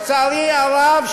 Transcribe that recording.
לצערי הרב,